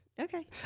Okay